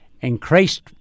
increased